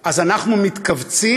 אז אנחנו מתכווצים